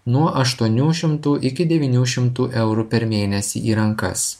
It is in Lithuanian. nuo aštuonių šimtų iki devynių šimtų eurų per mėnesį į rankas